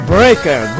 Breaker